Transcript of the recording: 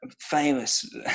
famous